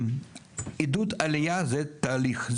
עידוד עלייה זה תהליך.